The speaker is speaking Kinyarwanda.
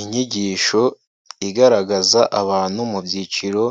Inyigisho igaragaza abantu mu byiciro